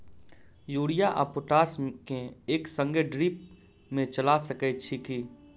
Urea आ potash केँ एक संगे ड्रिप मे चला सकैत छी की?